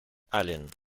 allen